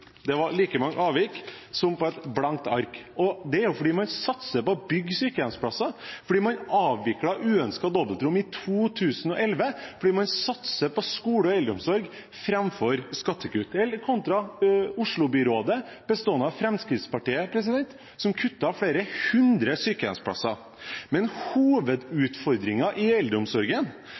Det var like mange avvik som på et blankt ark, og det er fordi man satser på å bygge sykehjemsplasser, fordi man avviklet uønskede dobbeltrom i 2011, og fordi man satser på skole og eldreomsorg framfor skattekutt – dette kontra Oslo-byrådet, bestående av Fremskrittspartiet, som kuttet flere hundre sykehjemsplasser. Hovedutfordringen i eldreomsorgen